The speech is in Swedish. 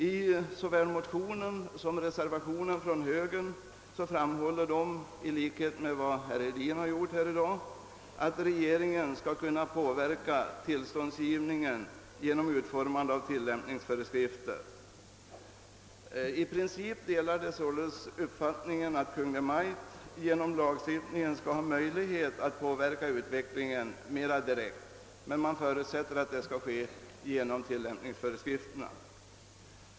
I såväl motionen som reservationen från högerns sida framhålls — det har också herr Hedin gjort här i dag — att regeringen skall kunna påverka tillståndsgivningen genom utformande av tillämpningsföreskrifter. I princip delar högerns representanter således uppfattningen att Kungl. Maj:t genom lagstiftningen skall ha möjlighet att påverka utvecklingen mera direkt, men man förutsätter att detta skall ske genom tillämpningsföreskrifterna.